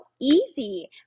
easy